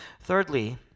Thirdly